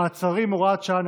מעצרים) (הוראת שעה,